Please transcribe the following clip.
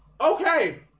Okay